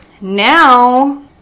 Now